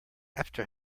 after